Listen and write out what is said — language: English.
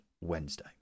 Wednesday